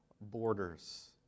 borders